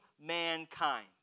mankind